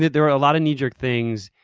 there are a lot of knee jerk things.